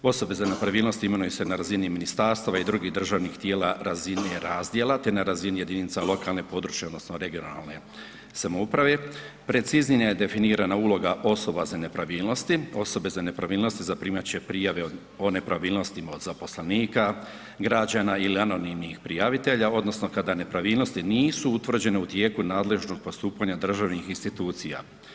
Osobe za nepravilnosti imenuju se na razini ministarstava i drugih državnih tijela razine razdjela te na razini jedinica lokalne, područne odnosno regionalne samouprave, preciznije definirana uloga osoba za nepravilnosti, osobe za nepravilnosti zaprimat će prijave o nepravilnostima od zaposlenika, građana ili anonimnih prijavitelja odnosno kada nepravilnosti nisu utvrđene u tijeku nadležnog postupanja državnih institucija.